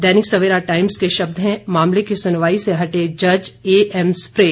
दैनिक Savera Times के शब्द हैं मामले की सुनवाई से हटे जज एएम सप्रे